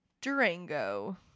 Durango